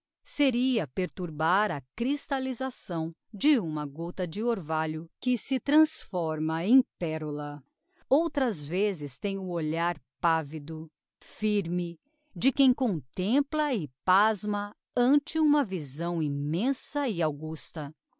seria perturbar a crystalisação de uma gota de orvalho que se transforma em perola outras vezes tem o olhar pavido firme de quem contempla e pasma ante uma visão immensa e augusta